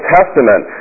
Testament